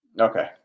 Okay